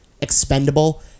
expendable